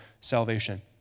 salvation